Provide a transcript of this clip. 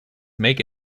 make